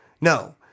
no